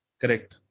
Correct